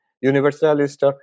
Universalist